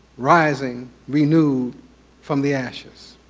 rising renew from the ashes.